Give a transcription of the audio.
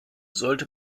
sollte